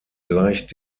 gleicht